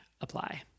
apply